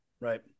Right